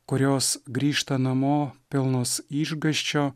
kurios grįžta namo pilnos išgąsčio